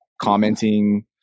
commenting